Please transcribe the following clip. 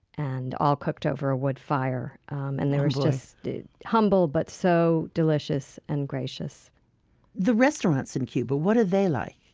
and all cooked over a wood fire. um and they were just humble, but so delicious and gracious the restaurants in cuba what are they like?